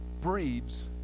breeds